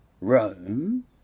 Rome